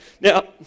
Now